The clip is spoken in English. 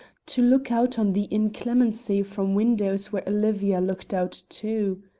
to look out on the inclemency from windows where olivia looked out too.